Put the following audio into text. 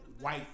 white